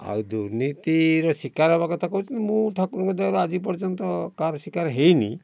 ଆଉ ଦୁର୍ନୀତିର ଶିକାର ହେବା କଥା କହୁଛନ୍ତି ମୁଁ ଠାକୁରଙ୍କ ଦୟାରୁ ଆଜି ପର୍ଯ୍ୟନ୍ତ କାହାର ଶିକାର ହେଇନି